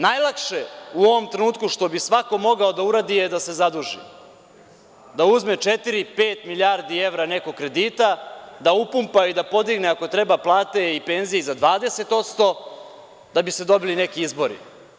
Najlakše u ovom trenutku što bi svako mogao da uradi je da se zaduži, da uzme četiri, pet milijardi evra nekog kredita, da upumpa i da podigne, ako treba, plate i penzije za 20%, da bi se dobili neki izbori.